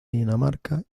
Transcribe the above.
dinamarca